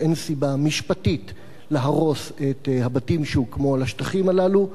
ואין סיבה משפטית להרוס את הבתים שהוקמו על השטחים הללו,